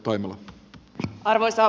arvoisa puhemies